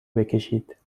بکشید